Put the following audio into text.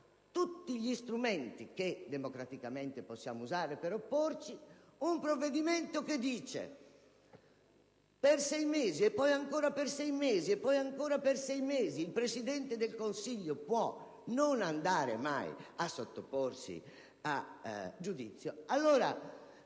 tutti gli strumenti che democraticamente possiamo usare per opporci, un provvedimento che dice che per sei mesi e poi ancora per sei mesi e poi ancora per altri sei mesi il Presidente del Consiglio può non sottoporsi a giudizio.